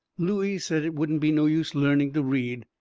looey said it wouldn't be no use learning to read.